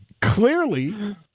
Clearly